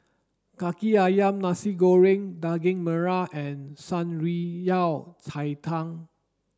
Kaki Ayam Nasi Goreng Daging Merah and Shan Rui Yao Cai Tang